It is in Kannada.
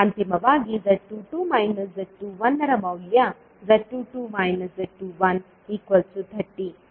ಅಂತಿಮವಾಗಿ z22 z21ರ ಮೌಲ್ಯ z22 z21 30